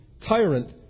tyrant